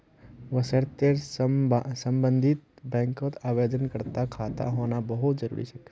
वशर्ते सम्बन्धित बैंकत आवेदनकर्तार खाता होना बहु त जरूरी छेक